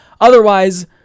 Otherwise